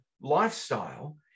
lifestyle